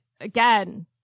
again